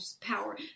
power